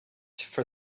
for